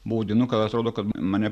buvo dienų kada atrodo kad mane